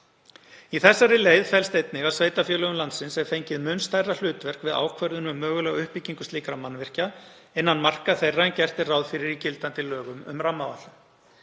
Í þessari leið felst einnig að sveitarfélögum landsins er fengið mun stærra hlutverk við ákvörðun um mögulega uppbyggingu slíkra mannvirkja innan marka þeirra en gert er ráð fyrir í gildandi lögum um rammaáætlun.